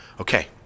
Okay